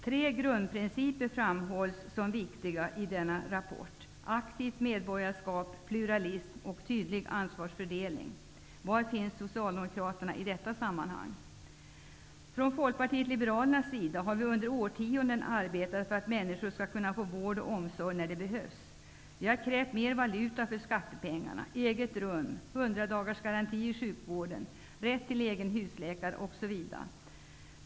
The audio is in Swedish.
Tre grundprinciper framhålls som viktiga i rapporten: Aktivt medborgarskap, pluralism och tydlig ansvarsfördelning. Var finns Socialdemokraterna i detta sammanhang? Från Folkpartiet liberalernas sida har vi under årtionden arbetat för att människor skall kunna få vård och omsorg när det behövs. Vi har krävt mer valuta för skattepengarna -- eget rum, hundradagarsgaranti i sjukvården, rätt till egen husläkare osv.